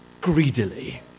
greedily